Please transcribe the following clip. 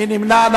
מי נמנע?